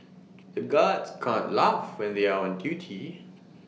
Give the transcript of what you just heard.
the guards can't laugh when they are on duty